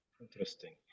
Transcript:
Interesting